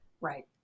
Right